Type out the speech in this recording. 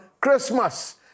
Christmas